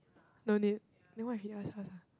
no need then why he asked us ah